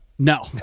No